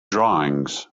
drawings